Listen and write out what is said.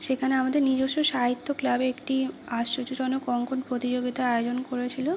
সেখানে আমাদের নিজস্ব সাহিত্য ক্লাবে একটি আশ্চর্যজনক অঙ্কন প্রতিযোগিতা আয়োজন করেছিল